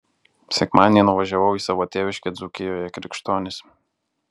sekmadienį nuvažiavau į savo tėviškę dzūkijoje krikštonis